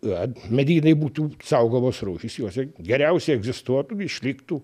kad medynai būtų saugomos rūšys juose geriausiai egzistuotų išliktų